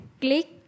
click